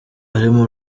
arimo